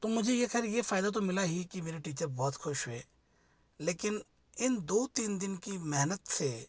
तो मुझे ये खैर ये फायदा तो मिला ही कि मेरे टीचर बहुत खुश हुए लेकिन इन दो तीन दिन की मेहनत से